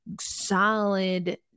solid